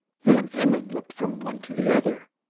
van emmon looked from one to the other,